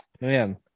Man